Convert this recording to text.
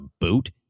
boot